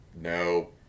no